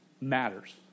matters